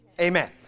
Amen